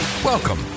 Welcome